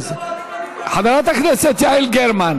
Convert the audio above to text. חברת, שבי במקומך.